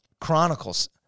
Chronicles